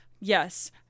yes